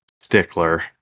stickler